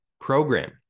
program